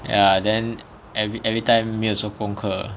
ya then every every time 没有做功课的